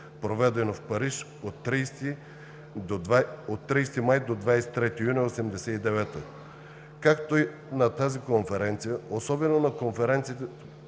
проведено в Париж от 30 май до 23 юни 1989 г. Както на тази конференция, особено на конференцията